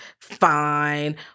Fine